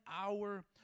hour